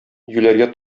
юләргә